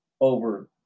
over